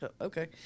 okay